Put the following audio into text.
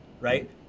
right